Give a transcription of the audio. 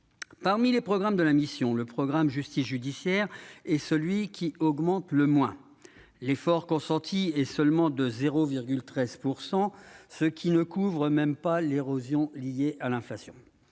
parmi les programmes de la mission, le programme Justice judiciaire et celui qui augmente le mois l'effort consenti et seulement de 0,13 pourcent ce qui ne couvre même pas l'érosion liée à l'inflation,